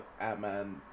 Ant-Man